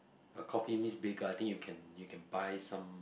uh coffee meets bagel I think you can you can buy some